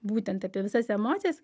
būtent apie visas emocijas